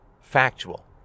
factual